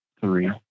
three